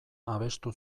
abestu